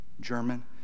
German